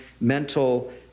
mental